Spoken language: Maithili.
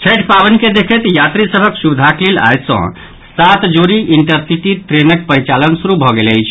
छठि पावनि के देखैत यात्री सभक सुविधाक लेल आइ सँ सात जोड़ी इंटरसिटी ट्रेनक परिचालन शुरू भऽ गेल अछि